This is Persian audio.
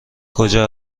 کجا